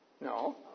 No